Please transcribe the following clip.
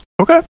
Okay